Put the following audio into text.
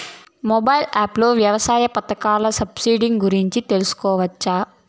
Mobile app లో వ్యవసాయ పథకాల సబ్సిడి గురించి తెలుసుకోవచ్చా?